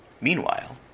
Meanwhile